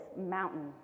mountain